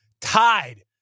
tied